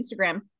Instagram